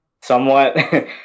somewhat